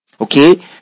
Okay